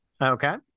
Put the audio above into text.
Okay